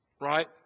right